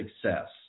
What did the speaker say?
Success